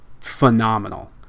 phenomenal